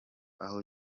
aho